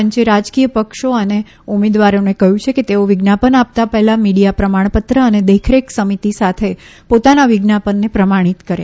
પંચે રાજકીય પક્ષો અને ઉમેદવારોને કહ્યું છે કે તેઓ વિજ્ઞાપન આપતા પહેલા મીડિયા પ્રમાણપત્ર અને દેખરેખ સમિતિ સાથે પોતાના વિજ્ઞાપનને પ્રમાણિત કરે